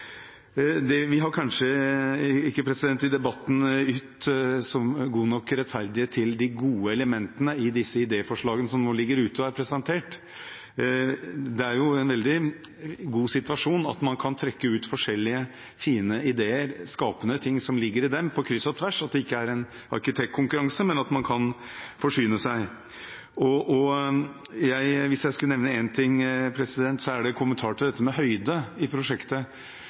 Vi har kanskje ikke i debatten ytt de gode elementene i disse idéforslagene som nå ligger ute og er presentert, stor nok rettferdighet. Det er en veldig god situasjon at man kan trekke ut forskjellige fine ideer, skapende ting som ligger i dem, på kryss og tvers, at det ikke er en arkitektkonkurranse, men at man kan forsyne seg. Hvis jeg skulle kommentere én ting, er det dette med høyde i prosjektet.